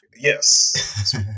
Yes